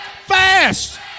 fast